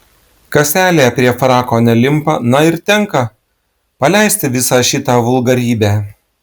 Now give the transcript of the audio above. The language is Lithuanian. kaselė prie frako nelimpa na ir tenka paleisti visą šitą vulgarybę